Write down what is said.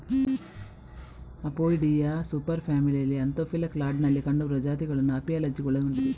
Apoidea super ಫ್ಯಾಮಿಲಿಯಲ್ಲಿ Anthophila ಕ್ಲಾಡಿನಲ್ಲಿ ಕಂಡುಬರುವ ಜಾತಿಗಳನ್ನು ಅಪಿಯಾಲಜಿ ಒಳಗೊಂಡಿದೆ